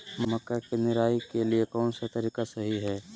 मक्का के निराई के लिए कौन सा तरीका सही है?